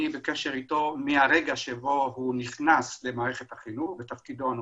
אני בקשר אתו מהרגע בו הוא נכנס למערכת החינוך בתפקידו הנוכחי,